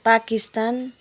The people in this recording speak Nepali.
पाकिस्तान